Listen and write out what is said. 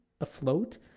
afloat